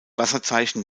wasserzeichen